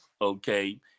okay